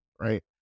Right